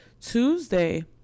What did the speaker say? Tuesday